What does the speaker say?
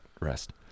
rest